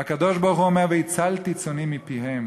והקדוש-ברוך-הוא אומר: "והצלתי צאני מפיהם